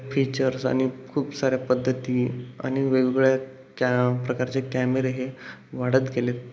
features आणि खूप साऱ्या पद्धती आणि वेगवेगळ्या कॅ प्रकारचे कॅमेरे हे वाढत गेले